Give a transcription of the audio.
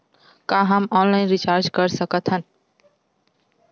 का हम online recharge कर सकत हन?